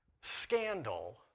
scandal